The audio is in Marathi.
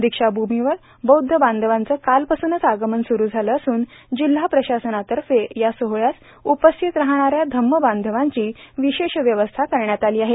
दीक्षाभूमीवर बौद्ध बांधवांचे कालपासूनच आगमन स्रू झाले असून जिल्हा प्रशासनातर्फे या सोहळयास उपस्थित राहणा या धम्मबांधवांची विशेष व्यवस्था करण्यात आली आहे